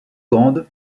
grande